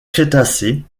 crétacé